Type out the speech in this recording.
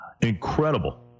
Incredible